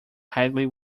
highly